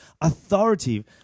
authority